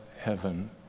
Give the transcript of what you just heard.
heaven